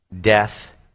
death